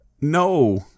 No